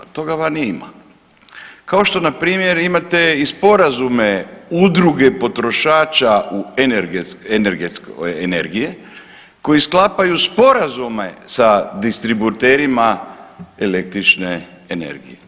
Toga vani ima, kao što npr. imate i sporazume udruge potrošača u energije koji sklapaju sporazume sa distributerima električne energije.